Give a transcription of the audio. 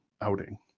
outing